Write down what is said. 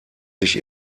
sich